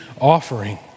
offering